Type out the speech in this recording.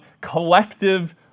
collective